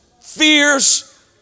fears